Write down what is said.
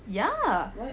ya